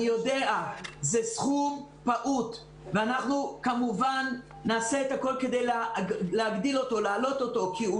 אני יודע שזה סכום פעוט ואנחנו כמובן נעשה הכול להגדיל אותו כי הוא